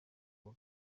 babo